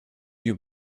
you